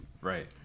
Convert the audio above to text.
Right